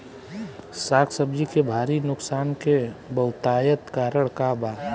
साग सब्जी के भारी नुकसान के बहुतायत कारण का बा?